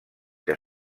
que